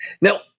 Now